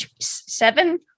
seven